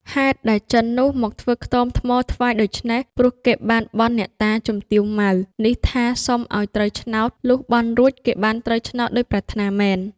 ហេតុដែលចិននោះមកធ្វើខ្ទមថ្មថ្វាយដូច្នេះ ព្រោះគេបានបន់អ្នកតាជំទាវម៉ៅ នេះថា សុំឲ្យត្រូវឆ្នោត លុះបន់រួចគេបានត្រូវឆ្នោតដូចប្រាថ្នាមែន។